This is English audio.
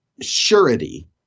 surety